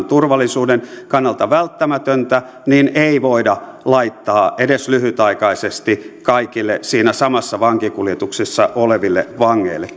turvallisuuden kannalta välttämätöntä niin ei voida laittaa edes lyhytaikaisesti kaikille siinä samassa vankikuljetuksessa oleville vangeille